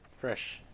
fresh